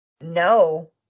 No